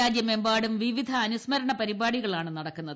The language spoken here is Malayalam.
രാജ്യമെമ്പാടും വിവിധ അനുസ്മരണ പരിപാടികളാണ് നടക്കുന്നത്